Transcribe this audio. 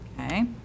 Okay